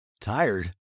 tired